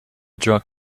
drunk